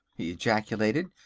he ejaculated.